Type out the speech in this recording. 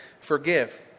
forgive